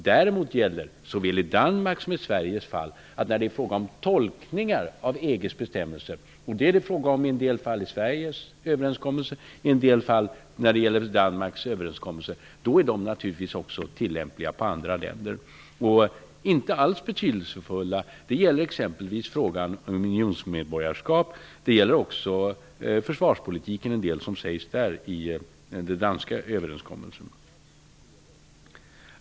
Däremot gäller såväl i Danmarks som i Sveriges fall att när det är fråga om tolkningar av EG:s bestämmelser -- sådana är det fråga om i en del fall i Sveriges överenskommelser och i en del fall när det gäller Danmarks överenskommelser -- är de naturligtvis också tillämpliga på andra länder och inte alls betydelselösa. Det gäller exempelvis frågan om unionsmedborgarskap liksom försvarspolitiken och en del som sägs där i den danska överenskommelsen.